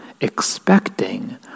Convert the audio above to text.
expecting